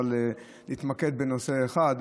אבל נתמקד בנושא אחד.